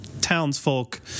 townsfolk